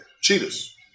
Cheetahs